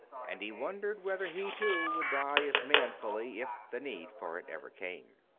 and he wondered whether he, too, would die as manfully, if the need for it ever came.